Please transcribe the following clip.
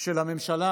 של הממשלה